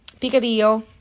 picadillo